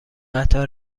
قطار